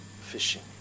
fishing